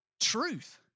truth